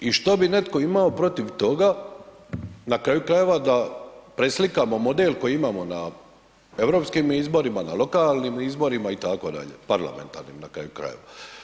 I što bi netko imao protiv toga, na kraju krajeva da preslikamo model koji imamo na europskim izborima, na lokalnim izborima itd., parlamentarnim na kraju krajeva.